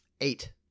Eight